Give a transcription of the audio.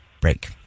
break